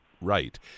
right